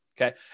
okay